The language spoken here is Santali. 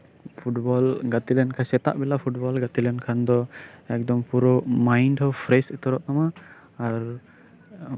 ᱯᱷᱩᱴᱵᱚᱞ ᱜᱟᱛᱮ ᱞᱮᱱᱠᱷᱟᱱ ᱥᱮᱛᱟᱜ ᱵᱮᱞᱟ ᱯᱷᱩᱴᱵᱚᱞ ᱜᱟᱛᱮᱜ ᱞᱮᱱᱠᱷᱟᱱ ᱫᱚ ᱮᱠᱫᱚᱢ ᱯᱩᱨᱟᱹ ᱢᱟᱭᱤᱱᱰ ᱯᱷᱮᱨᱮᱥ ᱩᱛᱟᱹᱨᱚᱜ ᱛᱟᱢᱟ ᱟᱨ